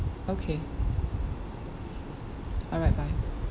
okay alright bye